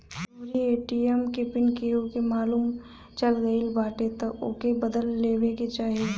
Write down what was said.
तोहरी ए.टी.एम के पिन केहू के मालुम चल गईल बाटे तअ ओके बदल लेवे के चाही